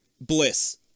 Bliss